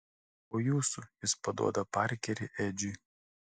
po jūsų jis paduoda parkerį edžiui